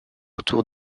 autour